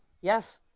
Yes